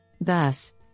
Thus